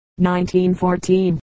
1914